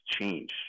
change